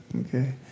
Okay